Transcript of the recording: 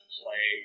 play